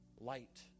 light